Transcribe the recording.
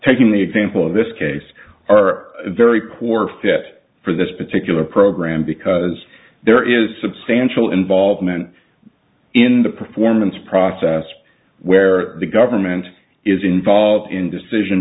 taking the example in this case are very poor fit for this particular program because there is substantial involvement in the performance process where the government is involved in decision